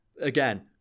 again